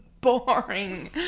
boring